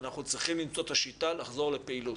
אנחנו צריכים למצוא את השיטה לחזור לפעילות.